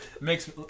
Makes